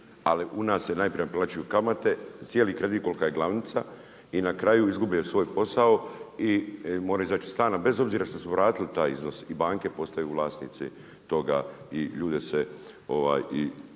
ali u nas se najprije plaćaju kamate, cijeli kredit kolika je glavnica i na kraju izgube svoj posao i moraju izić iz stana bez obzira što su vratili taj iznos i banke postaju vlasnici toga i ljude se deložira